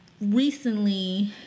recently